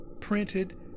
printed